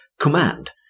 command